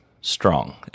strong